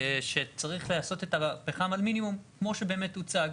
שצריך לעשות את הפחם על מינימום כמו שבאמת הוצג.